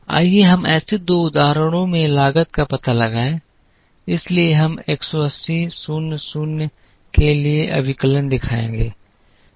आइए हम ऐसे दो उदाहरणों में लागत का पता लगाएं इसलिए हम 180 0 0 के लिए अभिकलन दिखाएंगे